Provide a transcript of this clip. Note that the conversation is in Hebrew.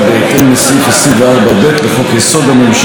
בהתאם לסעיף 24(ב) לחוק-יסוד: הממשלה,